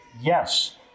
Yes